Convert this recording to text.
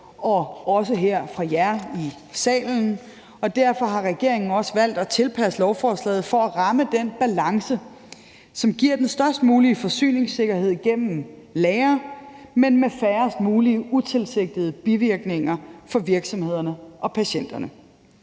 og også fra jer her i salen. Kl. 14:53 Derfor har regeringen også valgt at tilpasse lovforslaget, altså for at ramme den balance, som giver den størst mulige forsyningssikkerhed gennem lagre, men med færrest mulige utilsigtede bivirkninger for virksomhederne og patienterne.